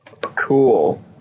Cool